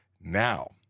Now